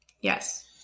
Yes